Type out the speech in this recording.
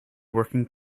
working